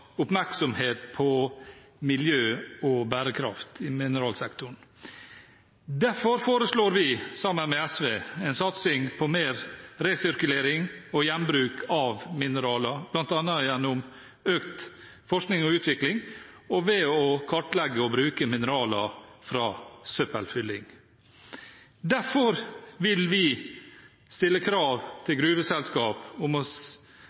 oppmerksomhet på miljø og bærekraft i mineralsektoren. Derfor foreslår vi sammen med SV en satsing på mer resirkulering og gjenbruk av mineraler, bl.a. gjennom økt forskning og utvikling og ved å kartlegge og bruke mineraler fra søppelfyllinger. Derfor vil vi stille krav til gruveselskap om å